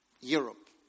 Europe